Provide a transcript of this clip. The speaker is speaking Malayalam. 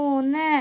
മൂന്ന്